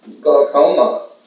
glaucoma